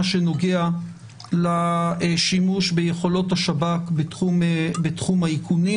שנוגע לשימוש ביכולות השב"כ בתחום האיכונים.